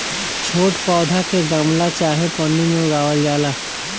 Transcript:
छोट पौधा के गमला चाहे पन्नी में उगावल जाला